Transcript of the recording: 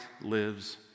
lives